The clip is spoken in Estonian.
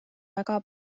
väga